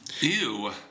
Ew